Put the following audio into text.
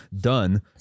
done